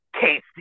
Casey